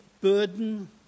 burden